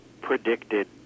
predicted